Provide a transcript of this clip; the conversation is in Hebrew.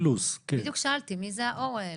בדיוק שאלתי מי ה-O האלה?